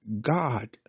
God